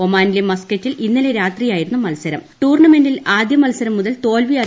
ഒമാനിലെ ്മൂസ്കത്തിൽ ഇന്നലെ രാത്രിയായിരുന്നു ടൂർണമെന്റിൽ ആദ്യമൽസരം മുതൽ തോൽവി മൽസരം